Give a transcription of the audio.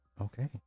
Okay